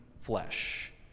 flesh